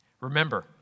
Remember